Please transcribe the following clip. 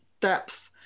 depth